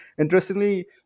interestingly